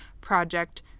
project